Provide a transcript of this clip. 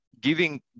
giving